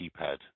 keypad